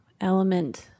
element